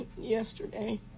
Yesterday